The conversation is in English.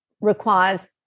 requires